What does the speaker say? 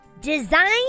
Design